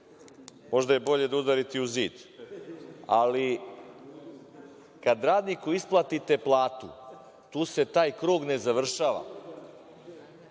Možda je bolje da udarate u zid, ali kada radniku isplatite platu, tu se taj krug ne završava,